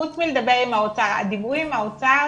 חוץ מלדבר עם האוצר, דיברו עם האוצר